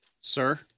Sir